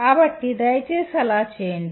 కాబట్టి దయచేసి అలా చేయండి